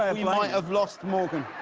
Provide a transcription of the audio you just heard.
i mean might have lost morgan.